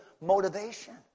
motivation